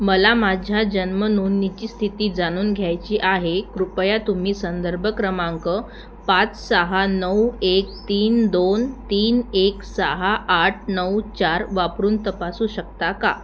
मला माझ्या जन्म नोंदणीची स्थिती जाणून घ्यायची आहे कृपया तुम्ही संदर्भ क्रमांक पाच सहा नऊ एक तीन दोन तीन एक सहा आठ नऊ चार वापरून तपासू शकता का